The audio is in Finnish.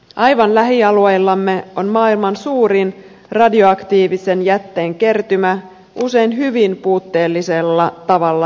aivan lähialueillamme on maailman suurin radioaktiivisen jätteen kertymä usein hyvin puutteellisella tavalla säilytettynä